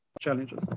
challenges